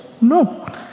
No